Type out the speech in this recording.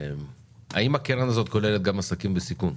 האם הקרן הזאת כוללת גם עסקים בסיכון?